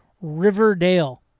Riverdale